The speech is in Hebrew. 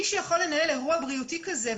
מי שיכול לנהל אירוע בריאותי כזה,